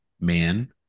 man